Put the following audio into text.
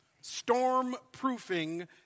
Storm-Proofing